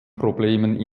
problemen